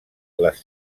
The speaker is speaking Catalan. les